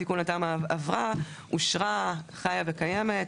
תיקון התמ"א עבר, אושר, חי וקיים.